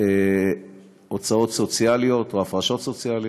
הוצאות סוציאליות או הפרשות סוציאליות,